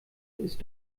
ist